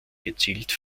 gezielt